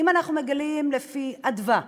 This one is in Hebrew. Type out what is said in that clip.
אם אנחנו מגלים לפי "מרכז אדוה",